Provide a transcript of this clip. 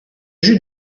jus